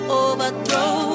overthrow